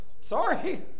Sorry